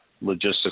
Logistics